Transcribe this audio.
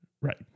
right